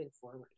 forward